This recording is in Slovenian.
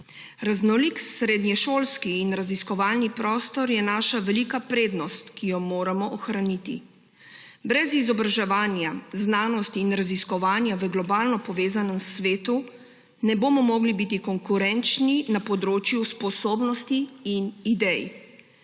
Raznolik srednješolski in raziskovalni prostor je naša velika prednost, ki jo moramo ohraniti. Brez izobraževanja, znanosti in raziskovanja v globalno povezanem svetu ne bomo mogli biti konkurenčni na področju sposobnosti in idej.